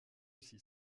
aussi